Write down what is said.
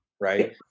right